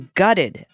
gutted